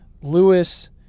Lewis –